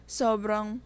sobrang